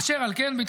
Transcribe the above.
אשר על כן,